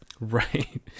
Right